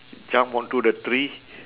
jump onto the tree